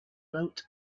built